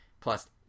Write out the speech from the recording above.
plus